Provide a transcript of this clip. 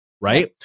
right